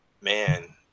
man